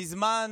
מזמן